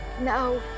No